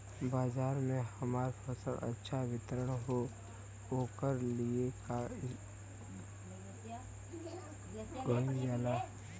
बाजार में हमार फसल अच्छा वितरण हो ओकर लिए का कइलजाला?